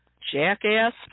jackass